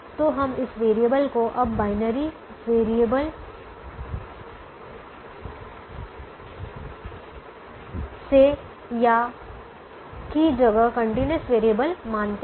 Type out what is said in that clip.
तो हम इस वैरिएबल को अब बाइनरी वैरिएबल से की जगह कंटीन्यूअस वैरिएबल मानते हैं